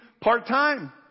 part-time